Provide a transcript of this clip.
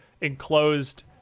enclosed